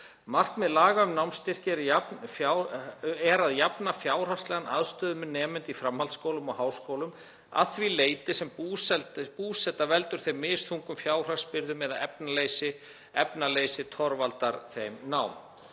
Markmið laga um námsstyrki er að jafna fjárhagslegan aðstöðumun nemenda í framhaldsskólum og háskólum að því leyti sem búseta veldur þeim misþungum fjárhagsbyrðum eða efnaleysi torveldar þeim nám.